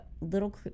little